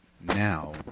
now